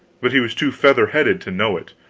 but he was too feather-headed to know it,